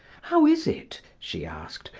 how is it, she asked,